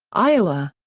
iowa.